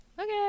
okay